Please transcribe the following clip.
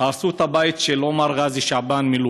הרסו את הבית של עומר גאזי שעבאן מלוד.